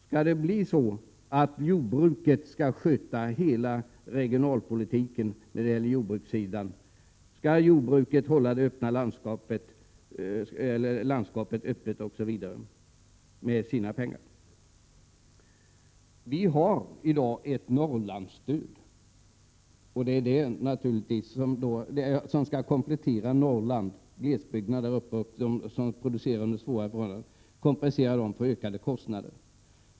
Skall jordbruket sköta hela regionalpolitiken på jordbrukssidan? Skall jordbruket hålla landskapet öppet med sina pengar? Vi har ett Norrlandsstöd. Det är naturligtvis det som skall användas för att kompensera dem för ökade kostnader som producerar under svåra förhållanden i Norrlands glesbygder.